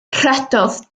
rhedodd